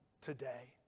today